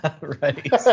right